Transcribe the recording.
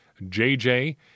JJ